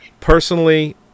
Personally